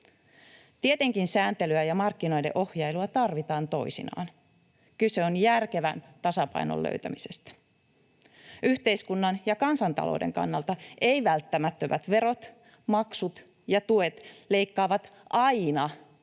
Tietenkin sääntelyä ja markkinoiden ohjailua tarvitaan toisinaan. Kyse on järkevän tasapainon löytämisestä. Yhteiskunnan ja kansantalouden kannalta ei-välttämättömät verot, maksut ja tuet leikkaavat aina kansalaisten